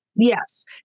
Yes